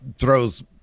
throws